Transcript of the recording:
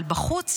אבל בחוץ